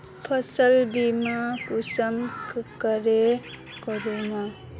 फसल बीमा कुंसम करे करूम?